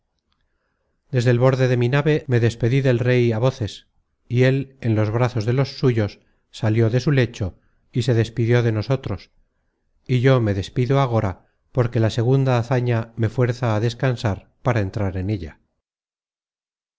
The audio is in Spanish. desde el borde de mi nave me despedí del rey á voces y él en los brazos de los suyos salió de su lecho y se despidió de nosotros y yo me despido agora porque la segunda hazaña me fuerza á descansar para entrar en ella